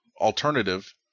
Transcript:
alternative